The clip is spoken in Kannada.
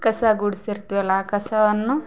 ಕಸ ಗುಡಿಸಿರ್ತೀವಲ್ಲ ಆ ಕಸವನ್ನು